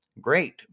great